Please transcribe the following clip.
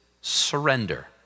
surrender